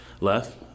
left